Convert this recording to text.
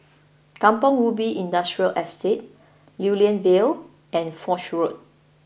Kampong Ubi Industrial Estate Lew Lian Vale and Foch Road